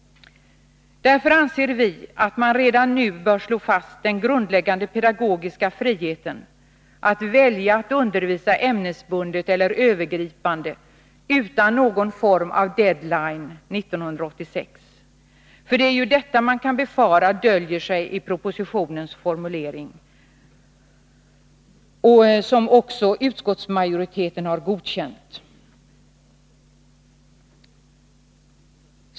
Därför anser vi att man redan nu bör slå fast den grundläggande pedagogiska friheten att välja att undervisa ämnesbundet eller övergripande, utan någon form av ”dead line” 1986, för det är ju detta man kan befara döljer sig i propositionens formulering, som utskottet har godkänt.